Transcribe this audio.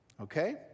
Okay